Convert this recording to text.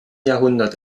jahrhundert